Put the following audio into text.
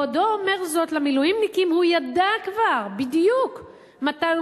בעודו אומר זאת למילואימניקים הוא ידע כבר בדיוק מתי הוא